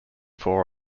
four